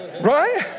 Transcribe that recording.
right